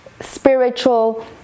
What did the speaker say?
spiritual